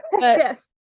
yes